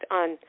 on